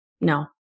no